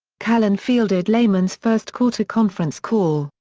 callan fielded lehman's first quarter conference call,